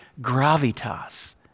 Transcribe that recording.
gravitas